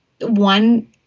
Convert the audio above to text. one